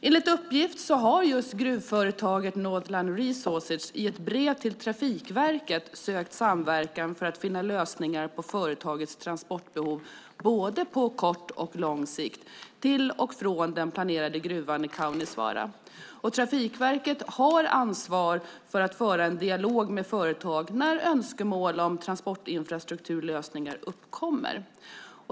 Enligt uppgift har gruvföretaget Northland Resources i ett brev till Trafikverket sökt samverkan för att finna lösningar på företagets transportbehov på både kort och lång sikt till och från den planerade gruvan i Kaunisvaara. Trafikverket har ansvar för att föra en dialog med företag när önskemål om transportinfrastrukturlösningar uppkommer.